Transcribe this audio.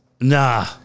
Nah